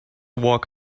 walk